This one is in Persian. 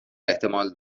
احتمال